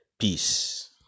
Peace